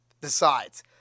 decides